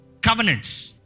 covenants